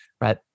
Right